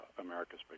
America's